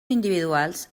individuals